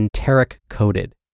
enteric-coated